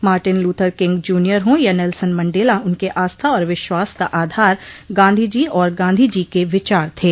Martin Luther King Junior हों या Nelson Mandela उनके आस्था और विश्वास का आधार गांधीजी और गांधीजी के विचार थे